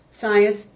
Science